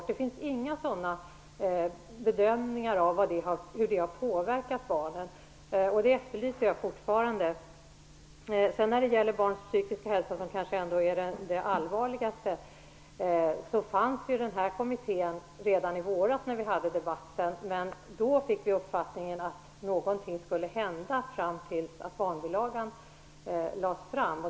Men det finns inga bedömningar av hur detta har påverkat barnen, och det efterlyser jag fortfarande. När det sedan gäller effekterna på barns psykiska hälsa, som kanske ändå är det allvarligaste, arbetade kommittén redan i våras när vi hade en debatt här. Men då fick vi uppfattningen att någonting skulle hända fram till dess att barnbilagan lades fram.